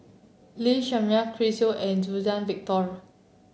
Lee Shermay Chris Yeo and Suzann Victor